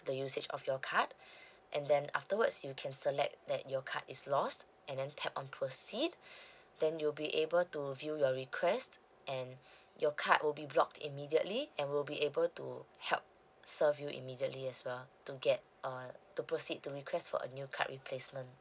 the usage of your card and then afterwards you can select that your card is lost and then tap on proceed then you'll be able to view your request and your card will be block immediately and we'll be able to help serve you immediately as well to get uh to proceed to request for a new card replacement